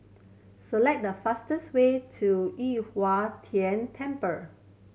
select the fastest way to Yu Huang Tian Temple